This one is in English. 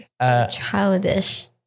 Childish